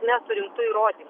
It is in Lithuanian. teisme surinktų įrodymų